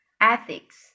ethics